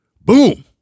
Boom